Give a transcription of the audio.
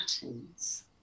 patterns